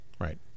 Right